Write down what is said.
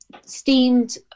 steamed